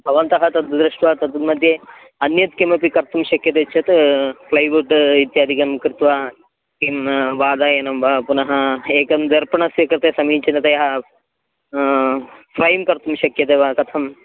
भवन्तः तद् दृष्ट्वा तन्मध्ये अन्यत् किमपि कर्तुं शक्यते चेत् फ़्लैउड् इत्यादिकं कृत्वा किं वातायनं वा पुनः एकं दर्पणस्य कृते समीचीनतया फ़ैन कर्तुं शक्यते वा कथम्